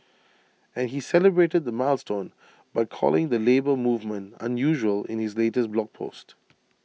and he celebrated the milestone by calling the Labour Movement unusual in his latest blog post